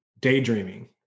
daydreaming